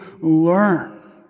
learn